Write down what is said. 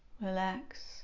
relax